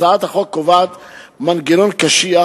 הצעת החוק קובעת מנגנון קשיח